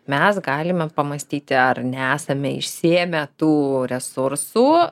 mes galime pamąstyti ar nesame išsiėmę tų resursų